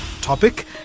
topic